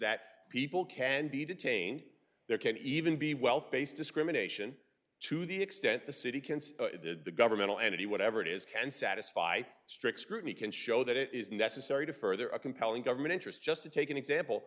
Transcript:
that people can be detained there can even be wealth based discrimination to the extent the city can the governmental entity whatever it is can satisfy strict scrutiny can show that it is necessary to further a compelling government interest just to take an example